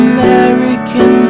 American